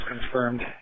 confirmed